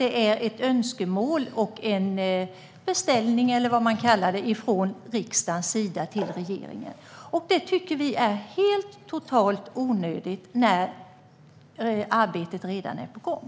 Det är ett önskemål, en beställning, från riksdagens sida till regeringen. Vi tycker att ett tillkännagivande är totalt onödigt när arbetet redan är på gång.